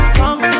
come